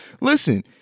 Listen